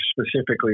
specifically